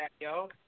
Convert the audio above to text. yo